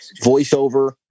voiceover